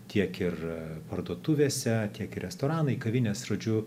tiek ir parduotuvėse tiek ir restoranai kavinės žodžiu